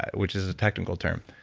which is a technical term.